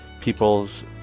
peoples